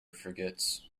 forgets